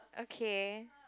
okay